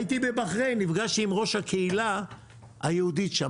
הייתי בבחריין, נפגשתי עם ראש הקהילה היהודית שם.